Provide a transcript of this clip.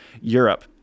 Europe